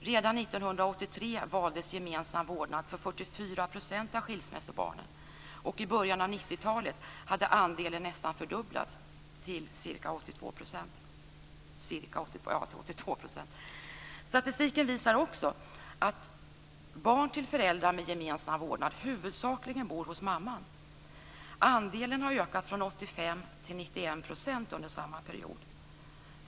Redan 1983 valdes gemensam vårdnad för 44 % av skilsmässobarnen. I början av 90-talet hade andelen nästan fördubblats, till 82 %. Statistiken visar också att barn till föräldrar med gemensam vårdnad huvudsakligen bor hos mamman. Andelen har ökat från 85 till 91 % under samma period.